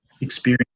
experience